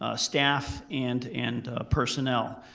ah staff and and personnel.